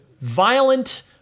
violent